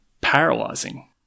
paralyzing